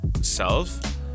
self